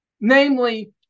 namely